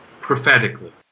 prophetically